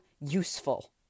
useful